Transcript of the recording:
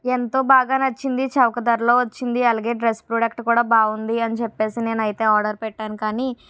ఎంతో బాగా నచ్చింది చౌక ధరలో వచ్చింది అలాగే డ్రెస్ ప్రోడక్ట్ బాగుంది అని చెప్పేసి నేను అయితే ఆర్డర్ పెట్టాను కానీ